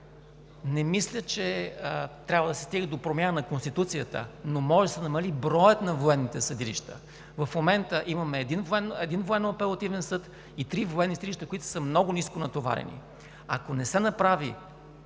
Не мисля, че трябва да се стига до промяна на Конституцията, но може да се намали броят на военните съдилища. В момента имаме един Военно-апелативен съд и три военни съдилища, които са много ниско натоварени. Ако не се направи